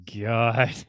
God